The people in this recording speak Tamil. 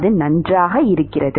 அது நன்றாக இருக்கிறது